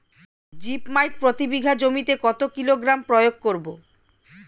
Zip মাইট প্রতি বিঘা জমিতে কত কিলোগ্রাম প্রয়োগ করব?